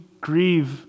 grieve